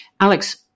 Alex